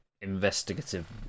investigative